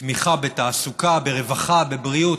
תמיכה בתעסוקה, ברווחה, בבריאות.